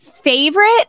favorite